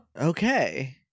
Okay